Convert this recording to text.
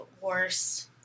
worse